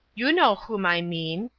you know whom i mean,